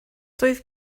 doedd